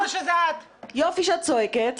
--- יופי שאת צועקת,